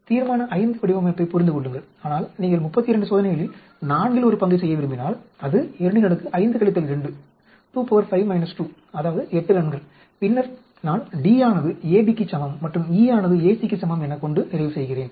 தீர்மான V வடிவமைப்பைப் புரிந்து கொள்ளுங்கள் ஆனால் நீங்கள் 32 சோதனைகளில் நான்கில் ஒரு பங்கைச் செய்ய விரும்பினால் அது 25 2 அதாவது 8 ரன்கள் பின்னர் நான் D ஆனது AB க்கு சமம் மற்றும் E ஆனது AC க்கு சமம் என கொண்டு நிறைவு செய்கிறேன்